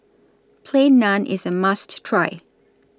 Plain Naan IS A must Try